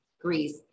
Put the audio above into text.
Greece